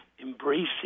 embracing